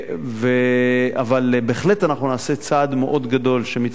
אבל בהחלט אנחנו נעשה צעד מאוד גדול שמצד אחד